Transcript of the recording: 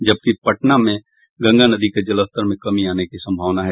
जबकि पटना में गंगा नदी के जलस्तर में कमी आने की संभावना है